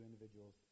individuals